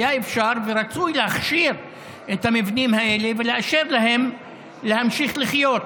היה אפשר ורצוי להכשיר את המבנים האלה ולאשר להם להמשיך לחיות.